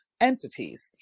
entities